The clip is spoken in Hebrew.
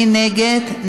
מי נגד?